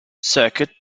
circuit